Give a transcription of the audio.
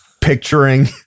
picturing